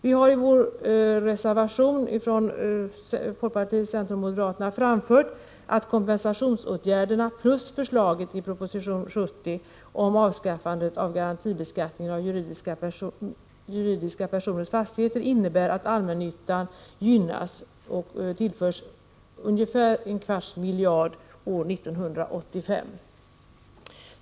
Vi har i reservationen från folkpartiet, centern och moderaterna framfört att kompensationsåtgärderna plus förslaget i proposition 70 om avskaffande av garantibeskattningen av juridiska personers fastigheter innebär att allmännyttan gynnas och tillförs ungefär en kvarts miljard år 1985.